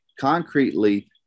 concretely